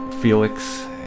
Felix